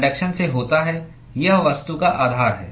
conduction से होता है यह वस्तु का आधार है